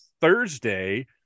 Thursday